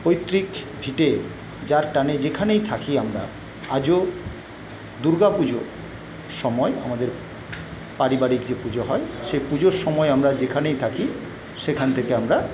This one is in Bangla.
পৈতৃক ভিটে যার টানে যেখানেই থাকি আমরা আজও দুর্গাপুজোর সময় আমাদের পারিবারিক যে পুজো হয় সেই পুজোর সময় আমরা যেখানেই থাকি সেখান থেকে আমরা